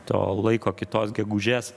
to laiko kitos gegužės